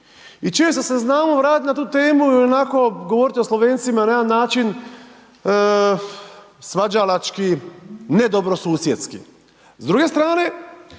i često se znamo vratit na tu temu i onako govorit o Slovencima na jedan način svađalački, nedobrosusjedski. S druge strane,